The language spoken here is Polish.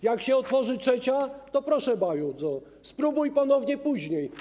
Jak się otworzy trzecia, to proszę bardzo: spróbuj ponownie później.